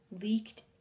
leaked